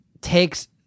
takes